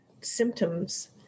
symptoms